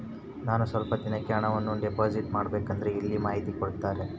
ನಾನು ಸ್ವಲ್ಪ ದಿನಕ್ಕೆ ಹಣವನ್ನು ಡಿಪಾಸಿಟ್ ಮಾಡಬೇಕಂದ್ರೆ ಎಲ್ಲಿ ಮಾಹಿತಿ ಕೊಡ್ತಾರೆ?